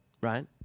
Right